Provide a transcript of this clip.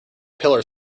pillar